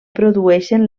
produïxen